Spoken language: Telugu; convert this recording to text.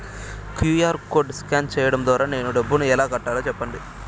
క్యు.ఆర్ కోడ్ స్కాన్ సేయడం ద్వారా నేను డబ్బును ఎలా కట్టాలో సెప్పండి?